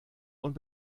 und